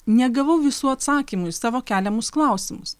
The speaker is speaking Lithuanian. negavau visų atsakymų į savo keliamus klausimus